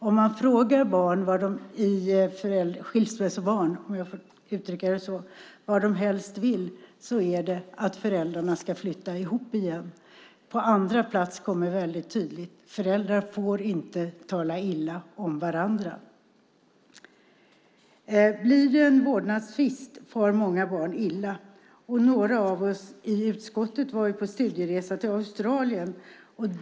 Om man frågar skilsmässobarn, om jag får uttrycka det så, vad de helst vill är svaret att föräldrarna ska flytta ihop igen. På andra plats kommer väldigt tydligt: Föräldrar får inte tala illa om varandra. Blir det en vårdnadstvist far många barn illa. Några av oss i utskottet var på studieresa i Australien.